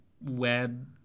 web